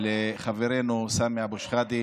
ואנחנו מברכים) את חברנו סמי אבו שחאדה